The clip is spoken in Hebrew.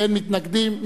אין מתנגדים.